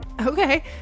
Okay